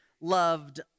loved